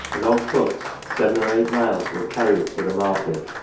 and on foot, seven or eight miles will carry it to the market,